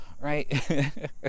right